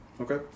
Okay